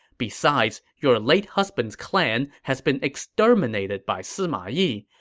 besides, your late husband's clan has been exterminated by sima yi,